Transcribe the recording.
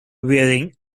wearing